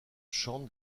chante